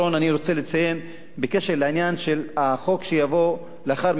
אני רוצה לציין בקשר לעניין של החוק שיבוא לאחר מכן,